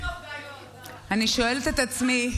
אני שואלת את עצמי: